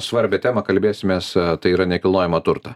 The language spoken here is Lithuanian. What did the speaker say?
svarbią temą kalbėsimės tai yra nekilnojamą turtą